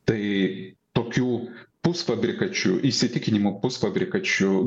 tai tokių pusfabrikačių įsitikinimu pusfabrikačių